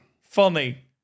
funny